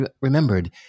remembered